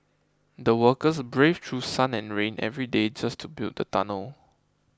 the workers braved through sun and rain every day just to build the tunnel